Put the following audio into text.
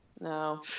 No